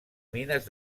mines